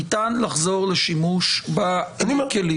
ניתן לחזור לשימוש בכלים.